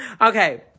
Okay